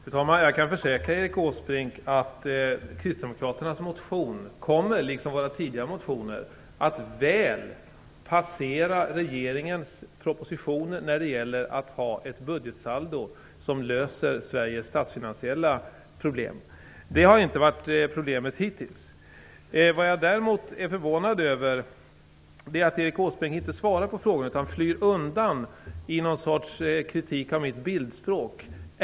Fru talman! Jag kan försäkra Erik Åsbrink att Kristdemokraternas motion, liksom våra tidigare motioner, kommer att väl passera regeringens proposition när det gäller att ha ett budgetsaldo som löser Sveriges statsfinansiella problem. Det har inte varit problemet hittills. Vad jag däremot är förvånad över är att Erik Åsbrink inte svarar på frågorna utan flyr undan i någon sorts kritik av mitt bildspråk.